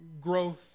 growth